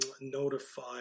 Notify